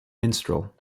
minstrel